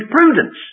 prudence